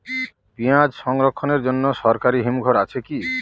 পিয়াজ সংরক্ষণের জন্য সরকারি হিমঘর আছে কি?